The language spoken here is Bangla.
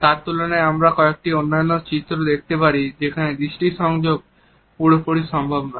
তার তুলনায় আমরা কয়েকটি অন্যান্য চিত্র দেখতে পারি যেখানে দৃষ্টি সংযোগ পুরোপুরি সম্ভব নয়